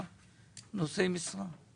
הנושאי משרה?